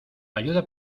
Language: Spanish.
ayuda